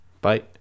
Bye